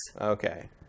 Okay